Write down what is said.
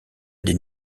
des